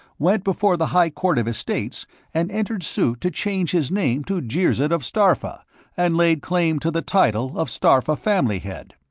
went before the high court of estates and entered suit to change his name to jirzid of starpha and laid claim to the title of starpha family-head.